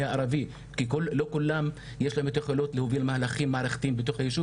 הערבי כי לא כולם יש להם יכולות להוביל מהלכים מערכתיים בתוך היישוב